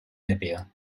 libya